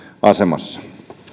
asemassa